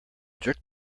jerk